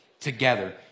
together